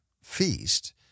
Feast